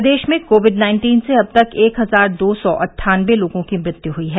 प्रदेश में Covid nineteen से अब तक एक हजार दो सौ अट्ठानबे लोगों की मृत्य हई है